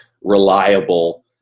reliable